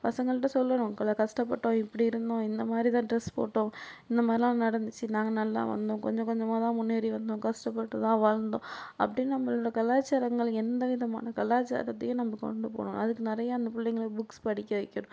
பசங்கள்கிட்ட சொல்லணும் உங்களை கஷ்டப்பட்டோம் இப்படி இருந்தோம் இந்த மாதிரி தான் டிரெஸ் போட்டோம் இந்த மாதிரிலாம் நடந்துச்சு நாங்கள் நல்லா வந்தோம் கொஞ்சம் கொஞ்சமாக தான் முன்னேறி வந்தோம் கஷ்டப்பட்டு தான் வளர்ந்தோம் அப்படின் நம்மளோட கலாச்சாரங்கள் எந்த விதமான கலாச்சாரத்தையும் நம்ப கொண்டு போணும் அதுக்கு நிறையா அந்த பிள்ளைங்கள புக்ஸ் படிக்க வைக்கணும்